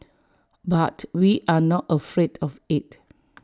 but we are not afraid of IT